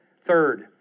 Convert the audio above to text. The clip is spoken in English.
Third